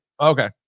Okay